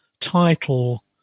title